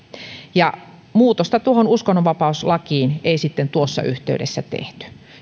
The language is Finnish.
muutosta tuohon uskonnonvapauslakiin ei sitten tuossa yhteydessä tehty